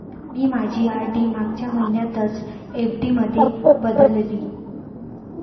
मी माझी आर.डी मागच्या महिन्यातच एफ.डी मध्ये बदलली